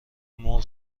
مرغ